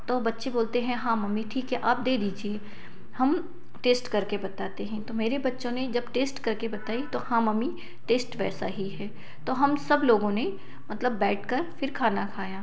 तो बच्चे बोलते हैं हाँ मम्मी ठीक है आप दे दीजिए हम टेस्ट करके बताते हैं तो मेरे बच्चों ने जब टेस्ट करके बताई तो हाँ मम्मी टेस्ट वैसा ही है तो हम सब लोगों ने मतलब बैठकर फिर खाना खाया